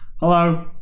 hello